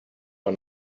for